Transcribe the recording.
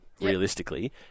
realistically